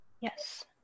Yes